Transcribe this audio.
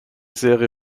serie